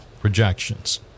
projections